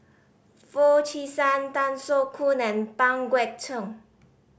Foo Chee San Tan Soo Khoon and Pang Guek Cheng